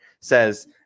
says